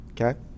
Okay